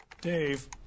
Dave